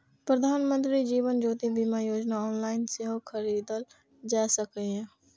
प्रधानमंत्री जीवन ज्योति बीमा योजना ऑनलाइन सेहो खरीदल जा सकैए